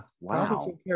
wow